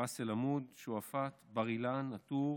ראס אל עמוד, שועפאט, בר-אילן, א-טור,